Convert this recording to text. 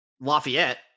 Lafayette